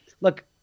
look